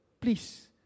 please